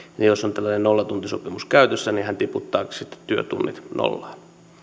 niin jos on tällainen nollatuntisopimus käytössä hän tiputtaakin työtunnit nollaan